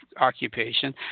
occupation